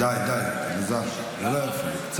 די, די, אלעזר, זה לא יפה.